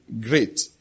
great